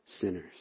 sinners